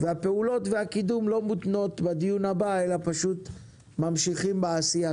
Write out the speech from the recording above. הפעולות והקידום לא מותנים בדיון הבא שלנו אלא פשוט צריך להמשיך בעשייה.